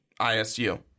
ISU